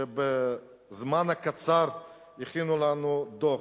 שבזמן הקצר הכינו לנו דוח,